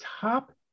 top